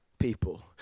People